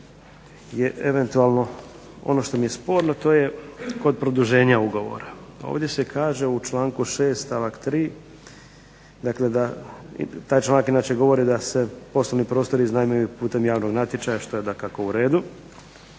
je eventualno, ono što mi je sporno to je kod produženja ugovora. Ovdje se kaže u članku 6. stavak 3. dakle da, taj članak inače govori da se poslovni prostori iznajmljuju putem javnog natječaja, što je dakako u redu,